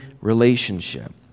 relationship